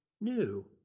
new